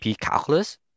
calculus